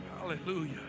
Hallelujah